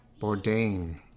Bourdain